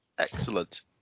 excellent